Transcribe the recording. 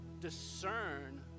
discern